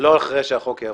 לא אחרי שהחוק יעבור.